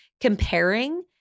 comparing